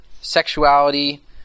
sexuality